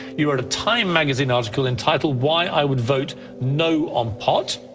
you wrote a time magazine article entitled. why i would vote no on pot.